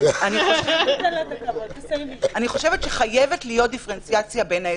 חושבת שחייבת להיות דיפרנציאציה בין האזורים.